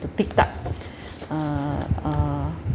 to picked up uh uh